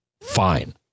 fine